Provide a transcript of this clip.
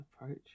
approach